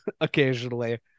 occasionally